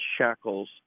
shackles